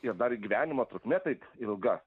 ir dar gyvenimo trukmė tai ilga